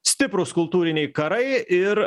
stiprūs kultūriniai karai ir